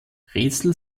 rätsel